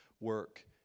work